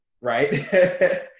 right